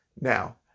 now